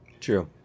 true